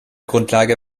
grundlage